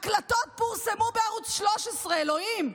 ההקלטות פורסמו בערוץ 13. אלוהים.